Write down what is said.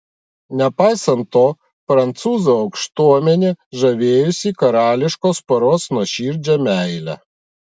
nepaisant to prancūzų aukštuomenė žavėjosi karališkos poros nuoširdžia meile